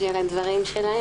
שלי,